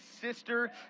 sister